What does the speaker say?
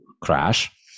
crash